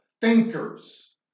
thinkers